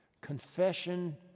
Confession